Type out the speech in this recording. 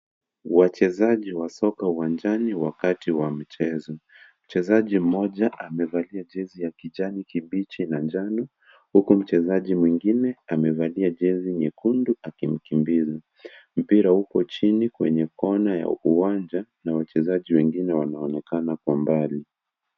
Wachezaji wa soka uwanjani wakati wa mchezo. Mchezaji mmoja amevalia jezi ya kijani kibichi na njano huku mchezaji mwingine amevalia jezi nyekundu akimkimbiza. Mpira uko chini kwenye kona ya uwanja na wachezaji wengine wanaonekana kwa umbali.